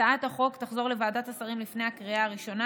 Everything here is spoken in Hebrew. הצעת החוק תחזור לוועדת השרים לפני הקריאה הראשונה,